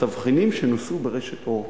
התבחינים שנוסו ברשת "אורט"